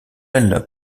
elles